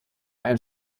ein